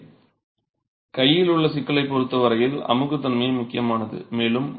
எனவே கையில் உள்ள சிக்கலைப் பொறுத்த வரையில் அமுக்குத்தன்மையே முக்கியமானது